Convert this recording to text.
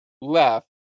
left